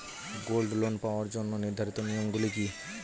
Gold loan পাওয়ার জন্য নির্ধারিত নিয়ম গুলি কি?